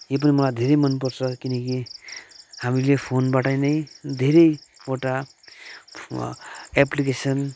यो पनि मलाई धेरै मन पर्छ किनकि हामीले फोनबाट नै धेरैवटा एप्लिकेसन्